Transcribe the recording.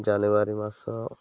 ଜାନୁଆାରୀ ମାସ